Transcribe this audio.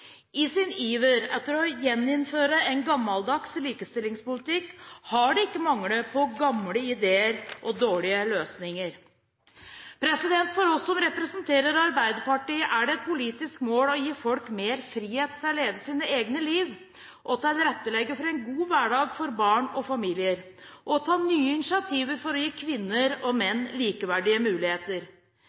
I sin iver etter å gjeninnføre en gammeldags likestillingspolitikk har de ikke manglet gamle ideer og dårlige løsninger. For oss som representerer Arbeiderpartiet, er det et politisk mål å gi folk mer frihet til å leve sine egne liv, tilrettelegge for en god hverdag for barn og familier og ta nye initiativer for å gi kvinner og menn likeverdige muligheter.